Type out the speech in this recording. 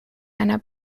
einer